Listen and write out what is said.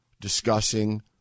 discussing